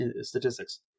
statistics